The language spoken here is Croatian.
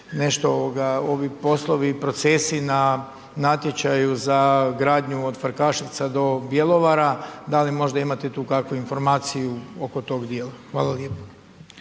nešto ovi poslovi i procesi na natječaju za gradnju od Frkaševca do Bjelovara, da li možda imate tu kakvu informaciju oko tog dijela? Hvala lijepa.